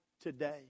today